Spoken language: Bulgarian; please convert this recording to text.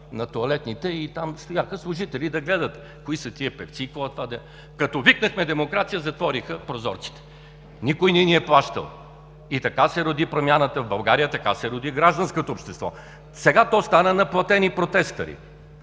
на тоалетните и там стояха служители да гледат кои са тези певци, като викнахме: „Демокрация!“, затвориха прозорците. Никой не ни е плащал. Така се роди промяната в България, така се роди гражданското общество. Сега то стана на платени протестъри,